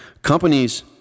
Companies